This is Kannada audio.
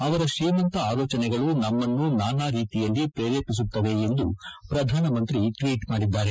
ಅವರ ತ್ರೀಮಂತ ಆಲೋಚನೆಗಳು ನಮನ್ನು ನಾನಾ ರೀತಿಯಲ್ಲಿ ಪ್ರೇರೇಪಿಸುತ್ತವೆ ಎಂದು ಪ್ರಧಾನಮಂತ್ರಿ ಟ್ನೀಟ್ ಮಾಡಿದ್ದಾರೆ